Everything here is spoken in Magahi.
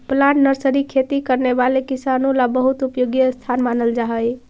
प्लांट नर्सरी खेती करने वाले किसानों ला बहुत उपयोगी स्थान मानल जा हई